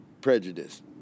prejudice